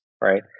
right